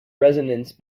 resonance